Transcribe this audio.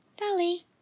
Dolly